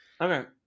okay